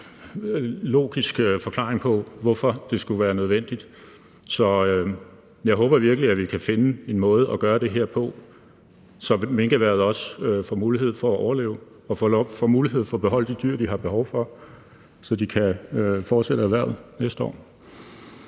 logisk forklaring på, hvorfor det skulle være nødvendigt. Så jeg håber virkelig, at vi kan finde en måde at gøre det her på, så minkerhvervet også får mulighed for at overleve og får mulighed for at beholde de dyr, de har behov for, så de kan fortsætte erhvervet næste år.